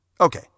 Okay